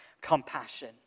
compassion